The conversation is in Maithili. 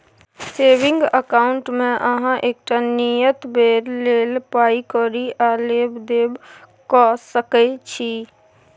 सेबिंग अकाउंटमे अहाँ एकटा नियत बेर लेल पाइ कौरी आ लेब देब कअ सकै छी